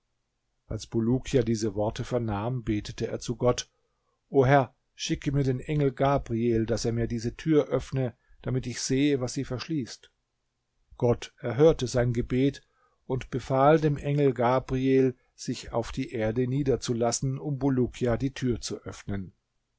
als bulukia diese worte vernahm betete er zu gott o herr schicke mir den engel gabriel daß er mir diese tür öffne damit ich sehe was sie verschließt gott erhörte sein gebet und befahl dem engel gabriel sich auf die erde niederzulassen um bulukia die tür zu öffnen